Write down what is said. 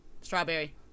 Strawberry